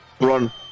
Run